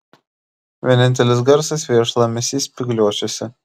vienintelis garsas vėjo šlamesys spygliuočiuose